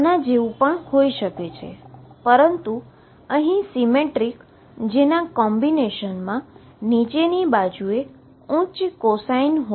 જે આના જેવું પણ હોઈ શકે છે પરંતુ અહી સીમેટ્રીક જેના કોમ્બીનેશનમાં નીચી બાજુએ ઉચ્ચ cosine છે